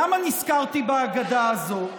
למה נזכרתי באגדה הזאת?